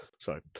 Sorry